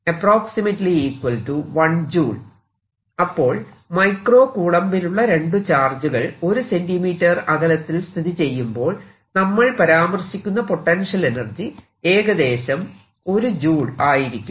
അപ്പോൾ മൈക്രോ കൂളംബിലുള്ള രണ്ടു ചാർജുകൾ 1 cm അകലത്തിൽ സ്ഥിതി ചെയ്യുമ്പോൾ നമ്മൾ പരാമർശിക്കുന്ന പൊട്ടൻഷ്യൽ എനർജി ഏകദേശം 1 ജൂൾ ആയിരിക്കും